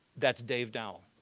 that's dave dowell.